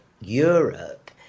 Europe